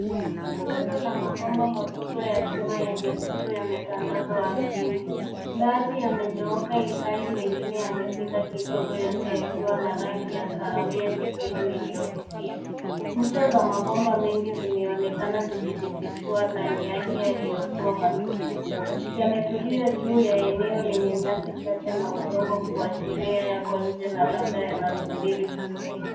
Rundo la mabomba makubwa ya chuma yenye kutu yametandazwa ardhini. Baadhi yamenyooka ilhali mengine yamepinda kidogo yote yakiwa na rangi ya kahawia nyekundu iliyofifia. Ncha za mabomba mengi zimeonekana zikijifuchua ndani yake yaliyokuwa matupu. Yametulia juu ya eneo lenye nyasi chache na udongo kuashiria yako nje na labda yanasubiri kutumika.